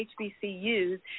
HBCUs